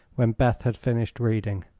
when beth had finished reading.